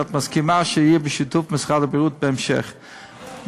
העמדה הרפואית המקצועית של משרד הבריאות היא כי לידה